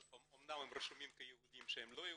אמנם הם רשומים כיהודים שהם לא יהודים,